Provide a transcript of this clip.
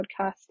podcast